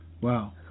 Wow